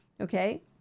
Okay